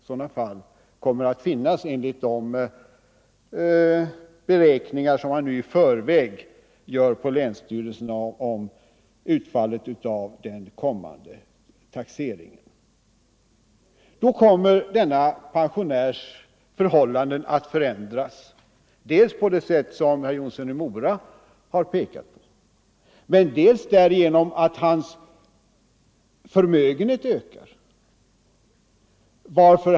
Sådana fall kommer att finnas enligt de beräkningar som man nu i förväg gör inom länsstyrelserna om utfallet av den nya taxeringen. Då kommer denna pensionärs förhållanden att förändras på det sätt som herr Jonsson i Mora pekade på, genom att hans förmögenhet ökar.